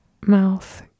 Mouth